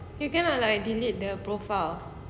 you cannot like delete the profile ah